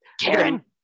Karen